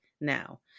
now